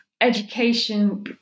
education